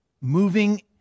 moving